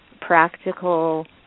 practical